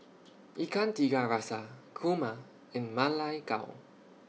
Ikan Tiga Rasa Kurma and Ma Lai Gao